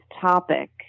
topic